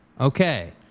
okay